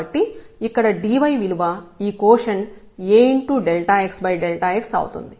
కాబట్టి ఇక్కడ dy విలువ ఈ కోషెంట్ Axx అవుతుంది